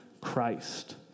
Christ